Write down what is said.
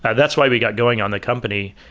and that's why we got going on the company.